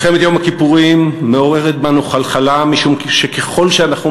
מלחמת יום הכיפורים מעוררת בנו חלחלה משום שככל שאנחנו